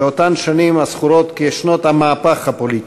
באותן שנים הזכורות כשנות המהפך הפוליטי.